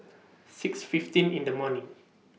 six fifteen in The morning